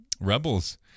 Rebels